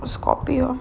scorpio